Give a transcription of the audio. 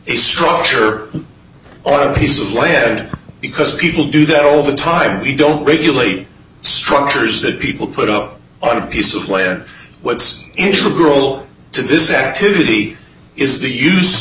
a structure on a piece of land because people do that all the time we don't regulate structures that people put up on a piece of lead what's interesting to this activity is the use